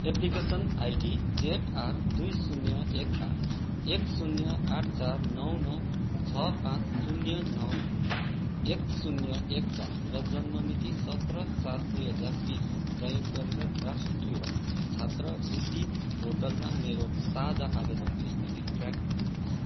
application ID Z R दुई शून्य एक आठ एक शून्य आठ चार नौ नौ छ पाँच शून्य नौ एक शून्य एक चार र जन्म मिति सत्र सात दुई हजार बिस प्रयोग गरेर राष्ट्रिय छात्रवृत्ति पोर्टलमा मेरो ताजा आवेदनको स्थिति ट्र्याक गर्नुहोस्